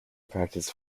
practice